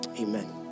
amen